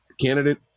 Candidate